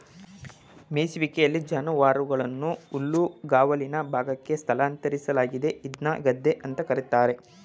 ಮೆಯಿಸುವಿಕೆಲಿ ಜಾನುವಾರುವನ್ನು ಹುಲ್ಲುಗಾವಲಿನ ಭಾಗಕ್ಕೆ ಸ್ಥಳಾಂತರಿಸಲಾಗ್ತದೆ ಇದ್ನ ಗದ್ದೆ ಅಂತ ಕರೀತಾರೆ